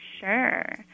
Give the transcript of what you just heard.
Sure